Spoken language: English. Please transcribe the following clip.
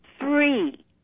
three